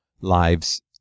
lives